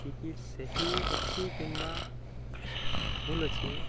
ticket ସେହି ଅଛି କିମ୍ବା ଭୁଲ୍ ଅଛି